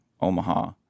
Omaha